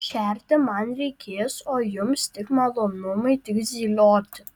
šerti man reikės o jums tik malonumai tik zylioti